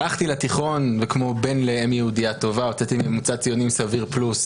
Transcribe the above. הלכתי לתיכון וכמו בן לאם יהודייה טובה הוצאתי ממוצע ציונים סביר פלוס,